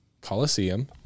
Coliseum